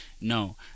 No